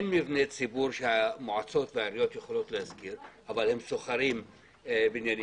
אין מבני ציבור שהמועצות והעיריות יכולות להשכיר אבל הן שוכרות בניינים.